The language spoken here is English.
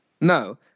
No